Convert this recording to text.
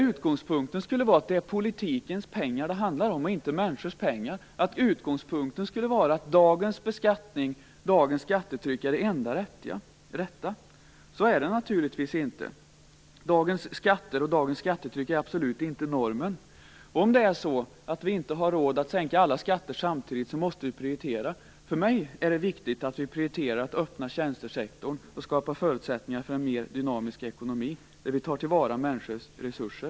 Utgångspunkten skulle vara att det är politikens pengar det handlar om och inte människornas samt att dagens skattetryck är det enda rätta. Så är det naturligtvis inte. Dagens skatter och skattetryck är absolut inte normen. Om det är så att vi inte har råd att sänka alla skatter samtidigt måste vi prioritera. För mig är det viktigt att vi prioriterar att öppna tjänstesektorn och skapar förutsättningar för en mer dynamisk ekonomi där vi tar till vara människors resurser.